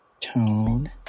Tone